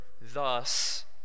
thus